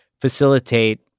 facilitate